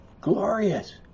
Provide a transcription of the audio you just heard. glorious